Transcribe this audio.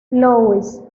louis